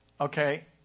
okay